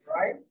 right